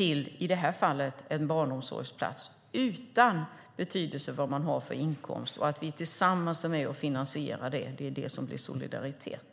i det här fallet till en barnomsorgsplats, utan att det har någon betydelse vad man har för inkomst, och att vi tillsammans är med och finansierar det. Det är det som är solidaritet.